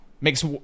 makes